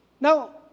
now